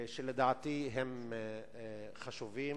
שלדעתי הם חשובים.